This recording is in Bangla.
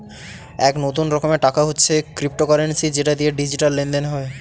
এক নতুন রকমের টাকা হচ্ছে ক্রিপ্টোকারেন্সি যেটা দিয়ে ডিজিটাল লেনদেন হয়